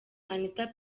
anitha